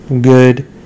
Good